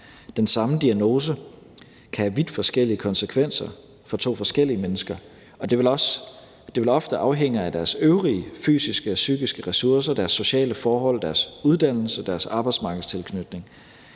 Den samme diagnose kan have vidt forskellige konsekvenser for to forskellige mennesker, og det vil ofte afhænge af deres øvrige fysiske og psykiske ressourcer, deres sociale forhold, deres uddannelse, deres arbejdsmarkedstilknytning.